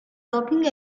talking